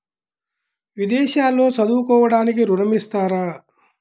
విదేశాల్లో చదువుకోవడానికి ఋణం ఇస్తారా?